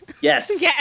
Yes